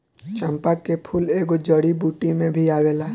चंपा के फूल एगो जड़ी बूटी में भी आवेला